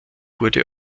wurde